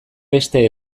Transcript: beste